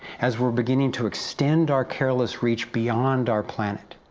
as we're beginning to extend our careless reach beyond our planet?